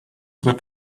were